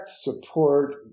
support